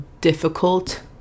difficult